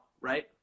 right